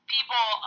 People